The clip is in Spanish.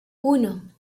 uno